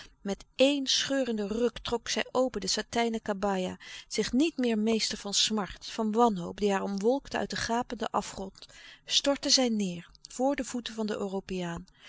met éen scheurenden ruk trok zij open de satijnen kabaia zich niet meer meester van smart van wanhoop die haar omwolkte uit den gapenden afgrond stortte zij neêr voor de voeten van den europeaan